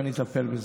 ואני אטפל בזה.